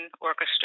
orchestra